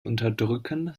unterdrücken